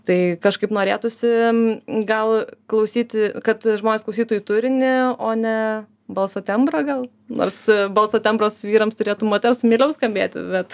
tai kažkaip norėtųsi gal klausyti kad žmonės klausytų jų turinį o ne balso tembrą gal nors balso tembras vyrams turėtų moters meiliau skambėti bet